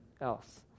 else